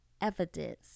evidence